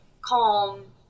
calm